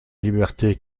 liberté